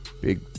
big